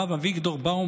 הרב אביגדור באום,